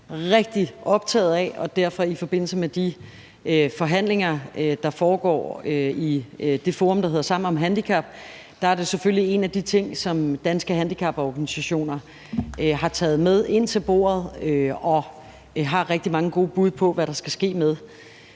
rigtig optaget af, og derfor er det i forbindelse med de forhandlinger, der foregår i det forum, der hedder Sammen om Handicap, selvfølgelig en af de ting, som Danske Handicaporganisationer har taget med ind til bordet, og som de har rigtig mange gode bud på hvad der skal ske med.